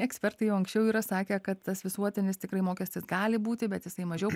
ekspertai jau anksčiau yra sakę kad tas visuotinis tikrai mokestis gali būti bet jisai mažiau